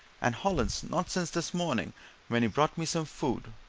and hollins not since this morning when he brought me some food